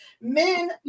men